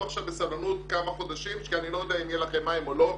עכשיו בסבלנות כמה חודשים כי אני לא יודע אם יהיה להם מים או לא.